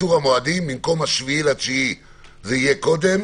המועדים במקום 7.9 זה יהיה קודם.